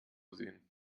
sehen